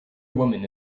woman